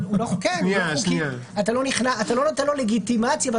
אתה לא נותן לו לגיטימציה.